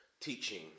teaching